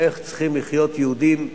איך צריכים לחיות יהודים בארץ-ישראל,